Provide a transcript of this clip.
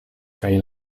kaj